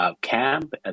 camp